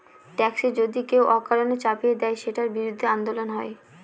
tax যদি কেউ অকারণে চাপিয়ে দেয়, সেটার বিরুদ্ধে আন্দোলন হয়